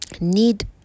need